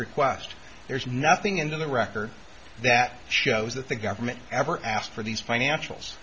request there's nothing in the record that shows that the government ever asked for these financials